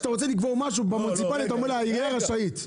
כשאתה רוצה לקבור משהו במוניציפלי אתה אומר העירייה רשאית.